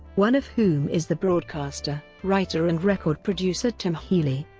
one of whom is the broadcaster, writer and record producer tim healey.